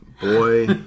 Boy